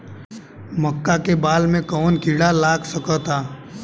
मका के बाल में कवन किड़ा लाग सकता?